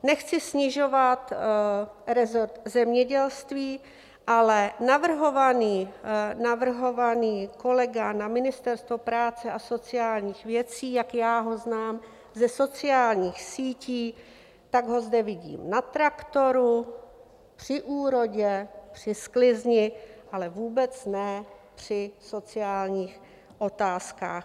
Nechci snižovat resort zemědělství, ale navrhovaný kolega na Ministerstvo práce a sociálních věcí, jak já ho znám ze sociálních sítí, tak ho zde vidím na traktoru, při úrodě, při sklizni, ale vůbec ne při sociálních otázkách.